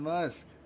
Musk